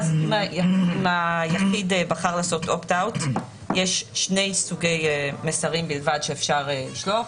אם היחיד בחר לעשות Opt-out יש שני סוגי מסרים בלבד שאפשר לשלוח,